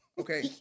Okay